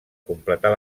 completar